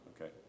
Okay